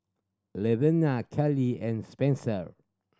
Levina Keely and Spenser